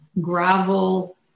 gravel